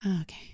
okay